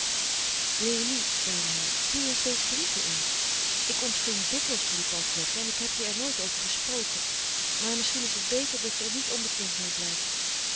léonie zeide hij zie eens deze brieven in ik ontving dikwijls van die pamfletten en ik heb je er nooit over gesproken maar misschien is het beter dat je er niet onbekend meê blijft